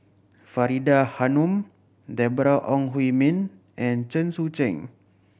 Faridah Hanum Deborah Ong Hui Min and Chen Sucheng